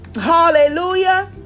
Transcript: Hallelujah